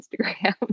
Instagram